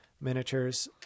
miniatures